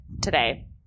today